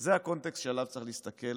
זה הקונטקסט שעליו צריך להסתכל